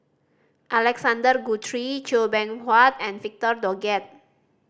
Alexander Guthrie Chua Beng Huat and Victor Doggett